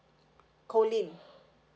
colleen